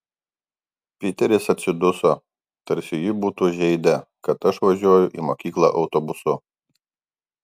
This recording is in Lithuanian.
piteris atsiduso tarsi jį būtų žeidę kad aš važiuoju į mokyklą autobusu